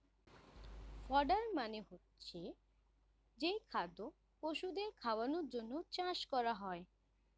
fodder মানে হচ্ছে যেই খাদ্য পশুদের খাওয়ানোর জন্যে চাষ করা হয়